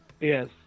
Yes